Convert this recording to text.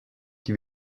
qui